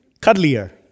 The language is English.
cuddlier